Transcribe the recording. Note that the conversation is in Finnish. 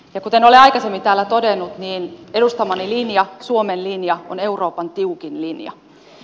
ja kuten olen aikaisemmin täällä todennut niin edustamani linja suomen linja on euroopan tiukin linja